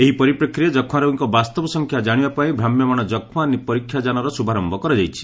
ଏହି ପରିପ୍ରେକ୍ଷୀରେ ଯକ୍ଷାରୋଗୀଙ୍କ ବାସ୍ତବ ସଂଖ୍ୟା ଜାଣିବା ପାଇଁ ଭ୍ରାମ୍ୟମାଣ ଯକ୍କା ପରୀକ୍ଷା ଯାନର ଶୁଭାରୟ କରାଯାଇଛି